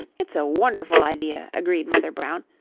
it's a wonderful idea, agreed mother brown.